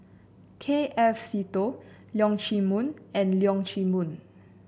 K F Seetoh Leong Chee Mun and Leong Chee Mun